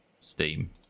Steam